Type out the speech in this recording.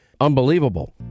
Unbelievable